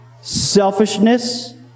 selfishness